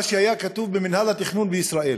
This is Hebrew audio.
מה שהיה כתוב במינהל התכנון בישראל.